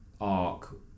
arc